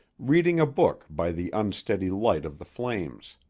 reading a book by the unsteady light of the flames.